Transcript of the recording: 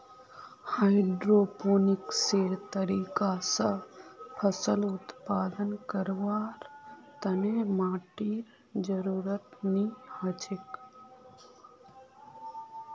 हाइड्रोपोनिक्सेर तरीका स फसल उत्पादन करवार तने माटीर जरुरत नी हछेक